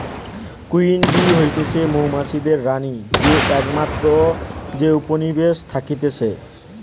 queen bee হতিছে মৌমাছিদের রানী যে একমাত্র যে উপনিবেশে থাকতিছে